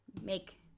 make